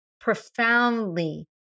profoundly